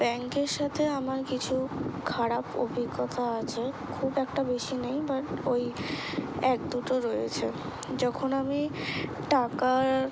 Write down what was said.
ব্যাংকের সাথে আমার কিছু খারাপ অভিজ্ঞতা আছে খুব একটা বেশি নেই বাট ওই এক দুটো রয়েছে যখন আমি টাকা